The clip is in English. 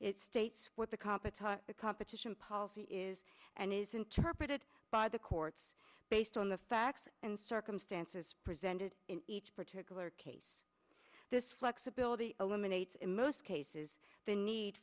it states what the competent competition policy is and is interpreted by the courts based on the facts and circumstances presented in each particular case this flexibility eliminates in most cases the need